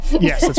Yes